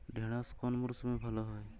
ঢেঁড়শ কোন মরশুমে ভালো হয়?